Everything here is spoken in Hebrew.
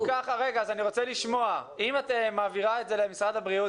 אם את מעבירה את זה למשרד הבריאות,